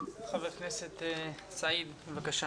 חבר הכנסת סעיד, בבקשה.